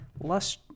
less